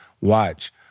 watch